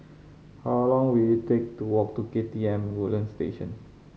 how long will it take to walk to K T M Woodlands Station